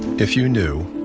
if you knew